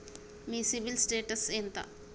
మీ CIBIL status ఎంత?